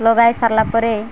ଲଗାଇ ସାରିଲା ପରେ